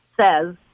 says